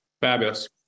Fabulous